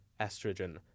estrogen